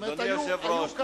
אדוני היושב-ראש,